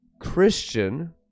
Christian